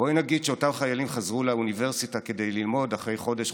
ובואי נגיד שאותם חיילים חזרו לאוניברסיטה כדי ללמוד אחרי חודש,